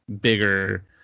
bigger